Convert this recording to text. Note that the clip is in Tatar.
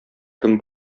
кем